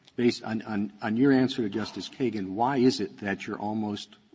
based on on on your answer to justice kagan, why is it that you're almost